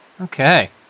Okay